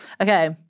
okay